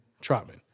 Trotman